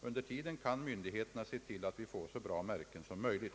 Under tiden kan myndigheterna se till att vi får så bra märken som möj ligt.